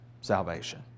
salvation